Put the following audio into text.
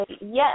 yes